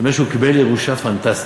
אני אומר שהוא קיבל ירושה פנטסטית.